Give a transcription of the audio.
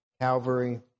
Calvary